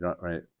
right